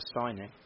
signing